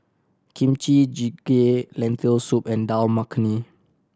Kimchi Jjigae Lentil Soup and Dal Makhani